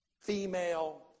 female